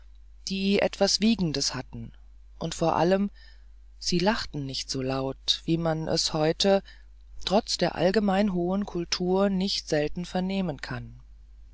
die etwas wiegendes hatten und vor allem sie lachten nicht laut wie man es heute trotz der allgemeinen hohen kultur nicht selten vernehmen kann